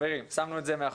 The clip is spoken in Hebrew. חברים, שמנו את זה מאחורינו.